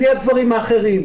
בלי הדברים האחרים.